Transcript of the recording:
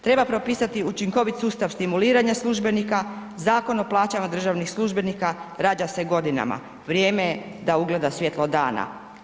Treba propisati učinkovit sustav stimuliranja službenika, zakon o plaćama državnih službenika rađa se godinama, vrijeme je da ugleda svjetlo dana.